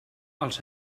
als